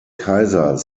kaiser